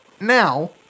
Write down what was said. now